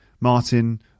Martin